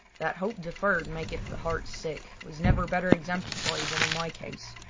that hope deferred maketh the heart sick was never better exemplified than in my case,